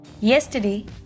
Yesterday